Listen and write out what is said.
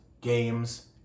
games